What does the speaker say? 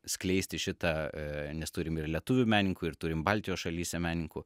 skleisti šitą nes turime ir lietuvių menininkų ir turim baltijos šalyse menininkų